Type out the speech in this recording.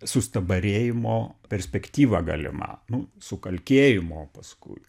sustabarėjimo perspektyva galima nu sukalkėjimo paskui